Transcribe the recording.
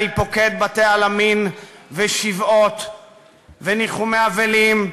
אני פוקד בתי-עלמין ושבעות וניחומי אבלים,